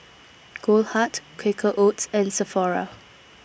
Goldheart Quaker Oats and Sephora